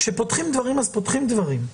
שכאשר פותחים דברים, אז פותחים דברים.